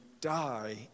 die